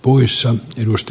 uissa elää